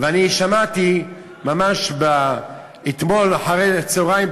שמעתי ממש אתמול אחרי-הצהריים,